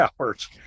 hours